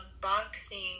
boxing